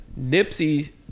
Nipsey